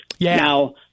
Now